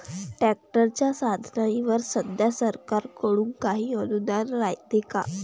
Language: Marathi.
ट्रॅक्टरच्या साधनाईवर सध्या सरकार कडून काही अनुदान रायते का?